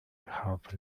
have